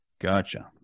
Gotcha